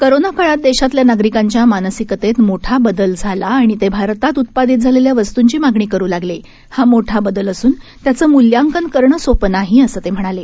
कोरोनाकाळातदेशातल्यानागरिकांच्यामानसिकतेतमोठाबदलझाला आणितेभारतातउत्पादितझालेल्यावस्तुंचीमागणीकरूलागले हामोठाबदलअसून त्याचंमूल्यांकनकरणंसोपंनाहीअसंतेम्हणाले